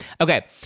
Okay